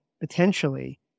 potentially